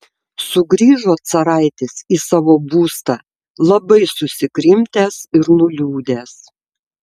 sugrįžo caraitis į savo būstą labai susikrimtęs ir nuliūdęs